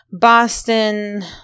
Boston